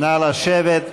נא לשבת.